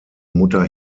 mutter